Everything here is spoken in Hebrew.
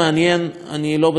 אני לא בטוח שהוא מציאותי,